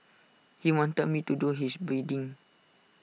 he wanted me to do his bidding